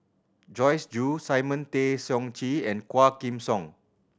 Joyce Jue Simon Tay Seong Chee and Quah Kim Song